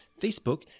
Facebook